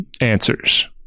answers